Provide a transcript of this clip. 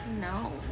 No